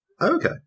Okay